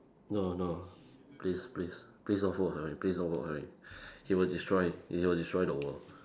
no no please please please don't vote for him please don't vote for him he will destroy he will destroy the world